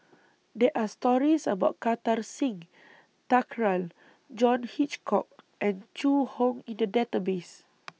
There Are stories about Kartar Singh Thakral John Hitchcock and Zhu Hong in The Database